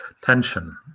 tension